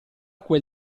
quel